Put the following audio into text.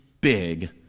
big